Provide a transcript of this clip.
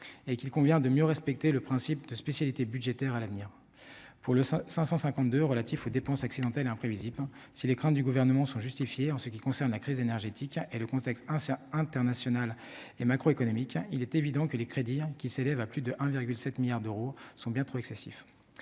et qu'il convient de mieux respecter le principe de spécialité budgétaire à l'avenir pour le 552 relatifs aux dépenses accidentelles imprévisible si les craintes du gouvernement sont justifiées, en ce qui concerne la crise énergétique et le contexte hein international et macro-économique, hein, il est évident que les crédits qui s'élève à plus de 1,7 milliards d'euros sont bien trop excessif,